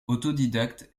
autodidacte